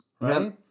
right